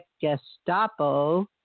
Gestapo